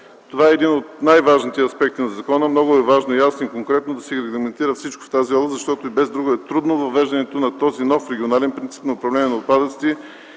Това е един от най-важните аспекти на закона. Много е важно ясно и конкретно да се регламентира всичко в тази област, защото и без друго е трудно въвеждането на този нов регионален принцип на управление на отпадъците.